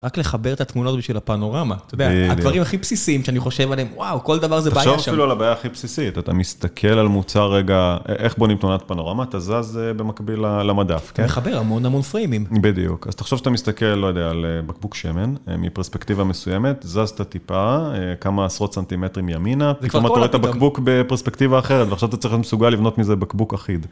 רק לחבר את התמונות בשביל הפנורמה, את יודעת, הדברים הכי בסיסיים שאני חושב עליהם, וואו, כל דבר זה בעיה שם. תחשוב אפילו על הבעיה הכי בסיסית, אתה מסתכל על מוצא רגע, איך בונים תמונת פנורמה, אתה זז במקביל למדף. אתה מחבר המון המון פריימים. בדיוק, אז תחשוב שאתה מסתכל, לא יודע, על בקבוק שמן, מפרספקטיבה מסוימת, זזת טיפה כמה עשרות סנטימטרים ימינה, לפעמים אתה רואה את הבקבוק בפרספקטיבה אחרת, ועכשיו אתה צריך למסוגל לבנות מזה בקבוק אחיד.